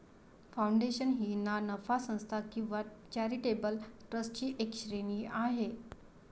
foundation ही ना नफा संस्था किंवा चॅरिटेबल ट्रस्टची एक श्रेणी आहे